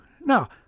Now